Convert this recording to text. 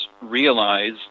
realize